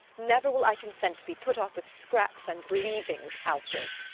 never will i consent to be put off with scraps and leavings, alfred!